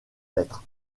lettres